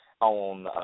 on